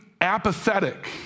apathetic